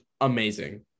amazing